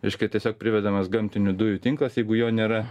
reiškia tiesiog privedamas gamtinių dujų tinklas jeigu jo nėra